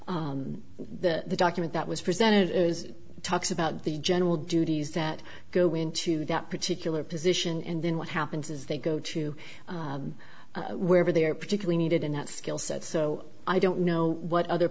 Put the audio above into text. the document that was presented as talks about the general duties that go into that particular position and then what happens is they go to wherever they are particularly needed in that skill set so i don't know what other